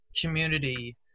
community